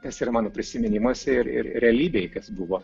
kas yra mano prisiminimuose ir ir realybėj kas buvo